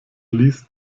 ließ